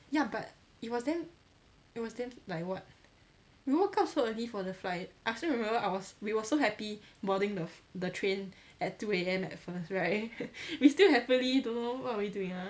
ya but it was damn it was damn like what we woke up so early for the flight I still remember I was we were so happy boarding the the train at two A_M at first right we still happily don't know what we doing ah